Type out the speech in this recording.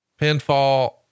Pinfall